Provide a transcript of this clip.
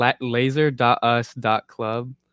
laser.us.club